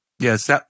Yes